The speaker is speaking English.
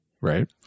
right